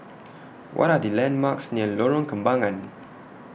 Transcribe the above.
What Are The landmarks near Lorong Kembangan